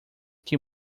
que